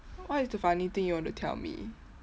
what is the funny thing you want to tell me